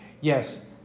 Yes